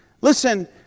Listen